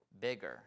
bigger